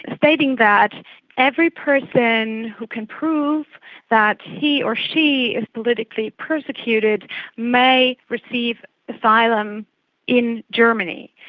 and stating that every person who can prove that he or she is politically persecuted may receive asylum in germany.